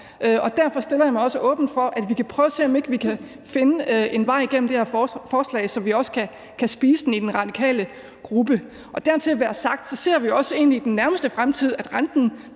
og derfor stiller jeg mig også åben for, at vi kan prøve at se, om ikke vi kan finde en vej igennem det her forslag, så vi også kan spise det i den radikale gruppe. Dertil vil jeg sige, at vi jo også i den nærmeste fremtid ser